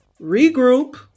Regroup